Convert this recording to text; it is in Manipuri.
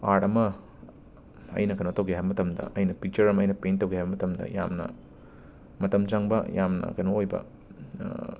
ꯑꯥꯔꯠ ꯑꯃ ꯑꯩꯅ ꯀꯩꯅꯣ ꯇꯧꯒꯦ ꯍꯥꯏꯕ ꯃꯇꯝꯗ ꯑꯩꯅ ꯄꯤꯛꯆꯔ ꯑꯃ ꯑꯩꯅ ꯄꯦꯟ ꯇꯧꯒꯦ ꯍꯥꯏꯕ ꯃꯇꯝꯗ ꯌꯥꯝꯅ ꯃꯇꯝ ꯆꯪꯕ ꯌꯥꯝꯅ ꯀꯩꯅꯣ ꯑꯣꯏꯕ